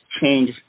change